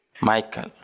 Michael